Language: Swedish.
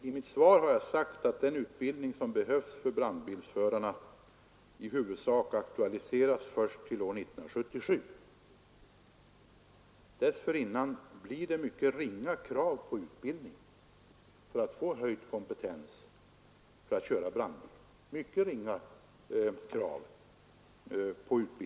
I mitt svar har jag sagt att den utbildning som behövs för brandbilsförarna i huvudsak aktualiseras först år 1977. Dessförinnan blir kraven på utbildning för att få höjd kompetens — och för att få köra brandbil — mycket ringa.